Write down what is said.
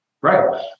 Right